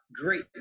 great